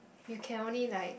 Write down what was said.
you can only like